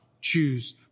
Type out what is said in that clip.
choose